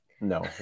No